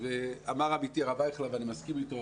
אמר עמיתי הרב אייכלר ואני מסכים איתו,